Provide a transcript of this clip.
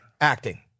Acting